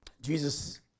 Jesus